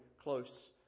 close